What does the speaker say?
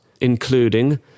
including